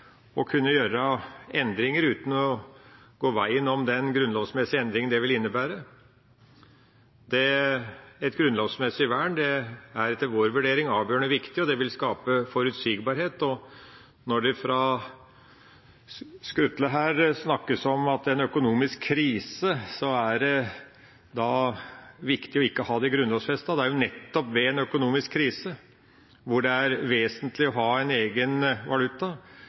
å kunne gjøre endringer uten å gå veien om den grunnlovsmessige endring det vil innebære. Et grunnlovsmessig vern er etter vår vurdering avgjørende viktig, og det vil skape forutsigbarhet. Fra Skutle snakkes det her om at ved en økonomisk krise er det viktig ikke å ha det grunnlovfestet. Det er jo nettopp ved en økonomisk krise det er vesentlig å ha en egen valuta